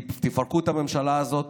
תפרקו את הממשלה הזאת,